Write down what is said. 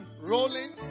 rolling